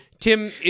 Tim